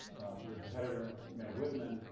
your competitors, meg whitman,